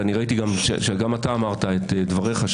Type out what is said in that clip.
וראיתי שגם אתה אמרת את דבריך,